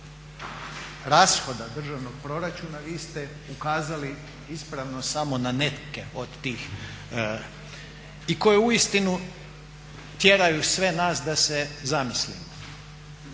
rashoda državnog proračuna vi ste ukazali ispravno samo na neke od tih i koje uistinu tjeraju sve nas da se zamislimo.